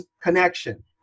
connection